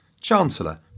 chancellor